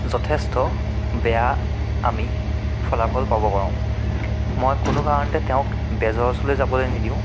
যথেষ্ট বেয়া আমি ফলাফল পাব পাৰো মই কোনো কাৰণতে তেওঁক বেজৰ ওচৰলৈ যাবলৈ নিদিওঁ